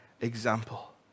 example